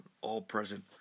all-present